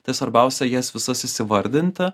tai svarbiausia jas visas įsivardinti